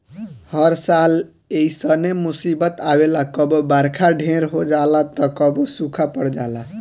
हर साल ऐइसने मुसीबत आवेला कबो बरखा ढेर हो जाला त कबो सूखा पड़ जाला